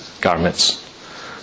garments